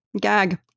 Gag